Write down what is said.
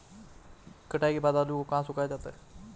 कटाई के बाद आलू को कहाँ सुखाया जाता है?